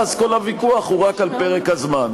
ואז כל הוויכוח הוא רק על פרק הזמן.